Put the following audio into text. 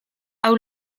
hau